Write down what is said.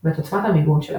ואת עוצמת המיגון שלהם.